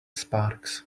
sparks